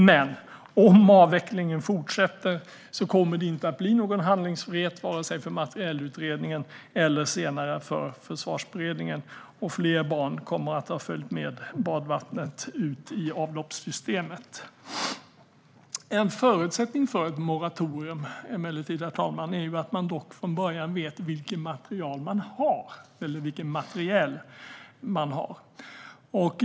Men om avvecklingen fortsätter kommer det inte att bli någon handlingsfrihet vare sig för materielutredningen eller senare för Försvarsberedningen, och fler barn kommer att ha följt med badvattnet ut i avloppssystemet. En förutsättning för ett moratorium är emellertid att man från början vet vilken materiel man har.